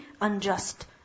unjust